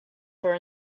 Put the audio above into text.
for